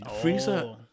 freezer